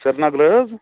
سرینگرٕ حظ